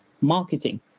marketing